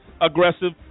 aggressive